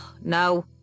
No